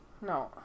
No